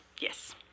Yes